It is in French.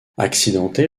accidenté